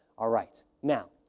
all right, now,